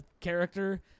character